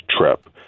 trip